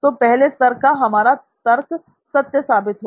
तो पहले स्तर का हमारा तर्क सत्य साबित हुआ